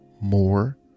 more